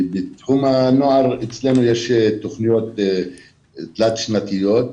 בתחום הנוער, אצלנו יש תכניות תלת שנתיות.